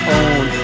own